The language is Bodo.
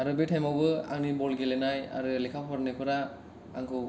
आरो बे टाइमावबो आंनि बल गेलेनाय आरो लेखा फरायनायफोरा आंखौ